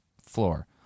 floor